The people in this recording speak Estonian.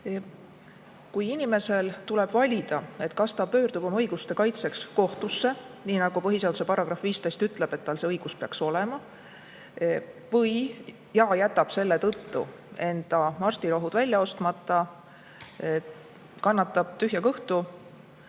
Kui inimesel tuleb valida, kas ta pöördub oma õiguste kaitseks kohtusse – põhiseaduse § 15 ütleb, et tal see õigus peaks olema – ja jätab selle tõttu enda arstirohud välja ostmata, kannatab tühja kõhtu,